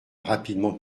rapidement